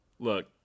Look